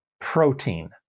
protein